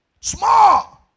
Small